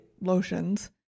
lotions